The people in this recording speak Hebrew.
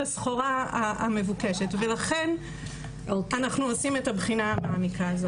הסחורה המבוקשת ולכן אנחנו עושים את הבחינה המעמיקה הזאת.